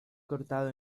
cortado